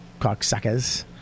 cocksuckers